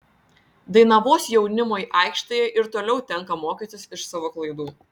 dainavos jaunimui aikštėje ir toliau tenka mokytis iš savo klaidų